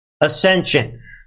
ascension